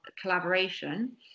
collaboration